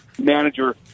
manager